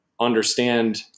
understand